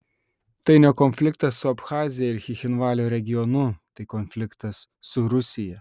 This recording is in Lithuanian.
tai ne konfliktas su abchazija ir cchinvalio regionu tai konfliktas su rusija